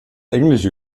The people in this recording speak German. englische